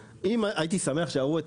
הייתי שמח שיראו את